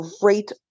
great